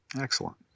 Excellent